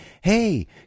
Hey